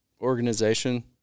organization